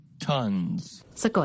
tons